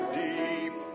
deep